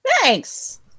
Thanks